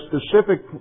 specific